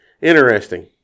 interesting